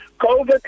COVID